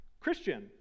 Christian